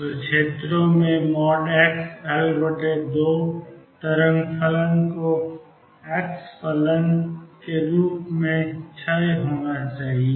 तो क्षेत्रों में xL2 तरंग फलन को x के फलन के रूप में क्षय होना चाहिए